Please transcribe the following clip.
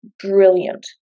Brilliant